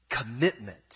commitment